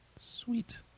Sweet